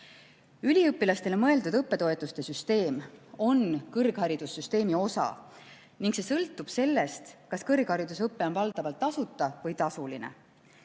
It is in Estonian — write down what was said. Üliõpilastele mõeldud õppetoetuste süsteem on kõrgharidussüsteemi osa ning see sõltub sellest, kas kõrgharidusõpe on valdavalt tasuta või tasuline.